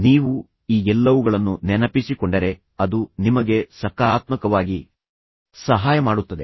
ನೀವು ಈ ಎಲ್ಲವುಗಳನ್ನು ನೆನಪಿಸಿಕೊಂಡರೆ ಅದು ನಿಮಗೆ ಸಕಾರಾತ್ಮಕವಾಗಿ ಸಹಾಯ ಮಾಡುತ್ತದೆ